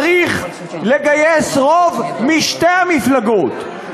צריך לגייס רוב משתי המפלגות,